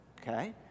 Okay